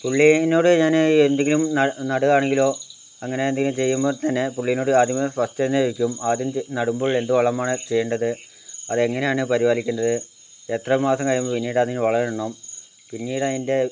പുള്ളിനോട് ഞാൻ എന്തെങ്കിലും നടു നടുകാണെങ്കിലോ അങ്ങനെ എന്തെങ്കിലും ചെയ്യുമ്പോൾ തന്നെ പുള്ളിനോട് ആദ്യമേ ഫസ്റ്റ് തന്നെ ചോദിക്കും ആദ്യം നടുമ്പോൾ എന്ത് വളമാണ് ചെയ്യേണ്ടത് അതെങ്ങനെയാണ് പരിപാലിക്കേണ്ടത് എത്രമാസം കഴിയുമ്പോൾ പിന്നീടതിന് വളം ഇടണം പിന്നീട് അതിൻ്റെ